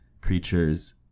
creatures